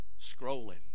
scrolling